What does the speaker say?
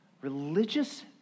Religious